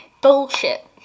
bullshit